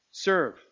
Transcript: Serve